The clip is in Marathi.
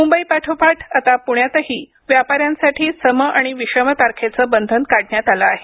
मुंबई पाठोपाठ आता पुण्यातही व्यापाऱ्यांसाठी सम आणि विषम तारखेचे बंधन काढण्यात आले आहे